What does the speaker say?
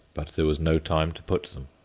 but there was no time to put them.